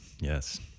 Yes